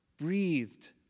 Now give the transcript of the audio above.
breathed